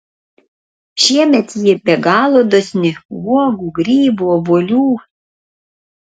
šiemet ji be galo dosni uogų grybų obuolių